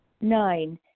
Nine